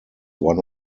one